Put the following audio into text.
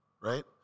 right